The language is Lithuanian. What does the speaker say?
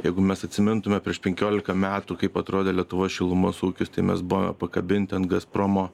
jeigu mes atsimintume prieš penkiolika metų kaip atrodė lietuvos šilumos ūkis tai mes buvome pakabinti ant gazpromo